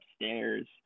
upstairs